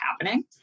happening